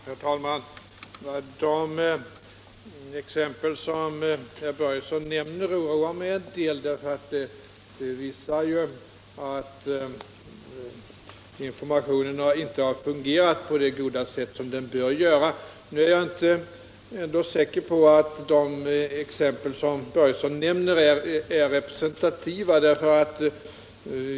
Herr talman! De exempel som herr Börjesson i Falköping nämner oroar mig en del, eftersom de visar att informationen inte har fungerat på det goda sätt som bör eftersträvas. Ändå är jag inte säker på att herr Börjessons exempel är representativa.